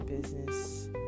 business